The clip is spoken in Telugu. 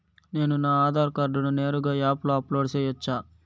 నేను నా ఆధార్ కార్డును నేరుగా యాప్ లో అప్లోడ్ సేయొచ్చా?